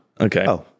okay